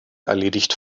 erledigt